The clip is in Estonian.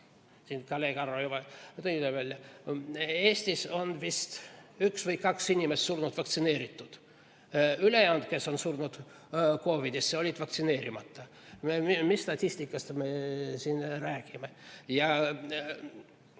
siin enne juba tõi välja. Eestis on vist üks või kaks inimest surnud, vaktsineeritut. Ülejäänud, kes on surnud COVID-isse, olid vaktsineerimata. Mis statistikast me siin räägime?